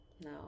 no